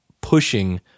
pushing